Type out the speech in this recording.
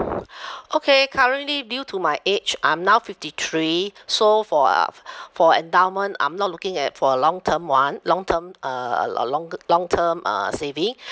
okay currently due to my age I'm now fifty three so for uh f~ for endowment I'm not looking at for a long term [one] long term uh uh a longer long term uh saving